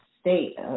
state